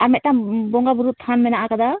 ᱟᱨ ᱢᱮᱫᱴᱟᱝ ᱵᱚᱸᱜᱟ ᱵᱩᱨᱩ ᱛᱷᱟᱱ ᱢᱮᱱᱟᱜ ᱟᱠᱟᱫᱟ